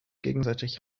gegenseitig